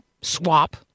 swap